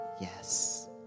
yes